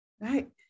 right